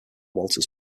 walters